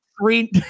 three